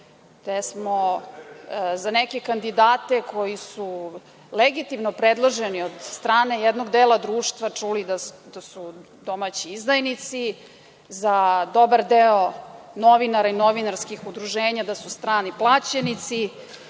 te smo za neke kandidate koji su legitimno predloženi od strane jednog dela društva čuli da su domaći izdajnici, za dobar deo novinara i novinarskih udruženja da su strani plaćenici.